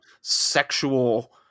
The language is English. sexual